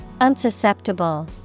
Unsusceptible